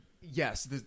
Yes